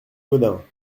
gaudin